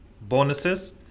bonuses